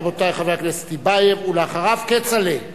חבר הכנסת טיבייב, ואחריו, כצל'ה,